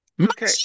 Okay